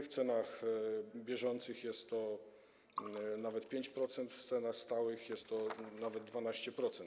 W cenach bieżących jest to nawet 5%, w cenach stałych jest to nawet 12%.